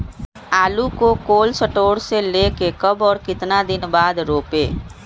आलु को cold store से ले के कब और कितना दिन बाद रोपे?